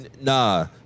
nah